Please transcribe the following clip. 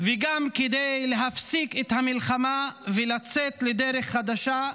וגם כדי להפסיק את המלחמה ולצאת לדרך חדשה,